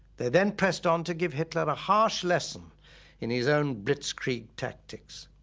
they then pressed on to give hitler a harsh lesson in his own blitzkrieg tactics.